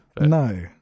No